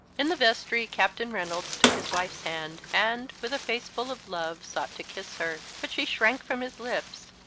in the vestry captain reynolds took his wife's hand and, with a face full of love, sought to kiss her but she shrank from his lips,